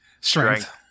Strength